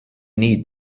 need